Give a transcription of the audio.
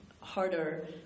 harder